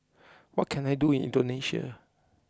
what can I do in Indonesia